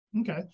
Okay